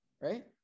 right